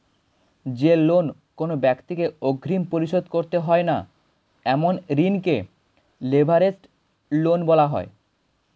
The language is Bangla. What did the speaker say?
যে লোন কোনো ব্যাক্তিকে অগ্রিম পরিশোধ করতে হয় না এমন ঋণকে লিভারেজড লোন বলা হয়